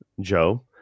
Joe